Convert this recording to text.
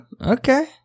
Okay